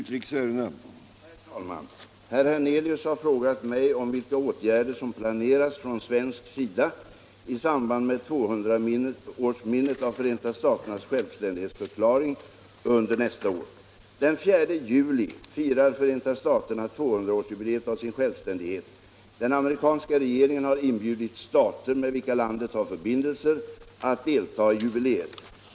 Herr talman! Herr Hernelius har frågat mig om vilka åtgärder som planeras från svensk sida i samband med 200-årsminnet av Förenta staternas självständighetsförklaring under nästa år. Den 4 juli firar Förenta staterna 200-årsjubileet av sin självständighet. Den amerikanska regeringen har inbjudit stater, med vilka landet har förbindelser, att delta i jubileet.